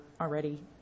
already